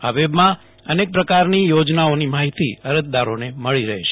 આ વેબમાં અનેક પ્રકારની યોજનાઓની માહિતી અરજદારોને મળી રહેશે